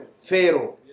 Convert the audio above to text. Pharaoh